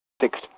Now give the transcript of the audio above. Six